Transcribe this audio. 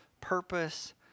purpose